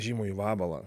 žymųjį vabalą